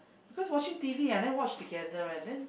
because watching T_V then wash together lah then